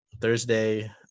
Thursday